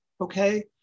Okay